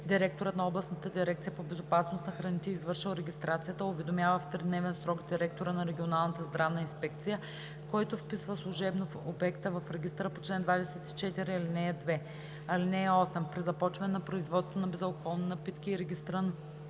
Директорът на областната дирекция по безопасност на храните, извършил регистрацията, уведомява в тридневен срок директора на регионалната здравна инспекция, който вписва служебно обекта в регистъра по чл. 24, ал. 2. (8) При започване на производство на безалкохолни напитки в регистриран